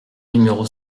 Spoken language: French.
numéro